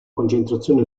concentrazione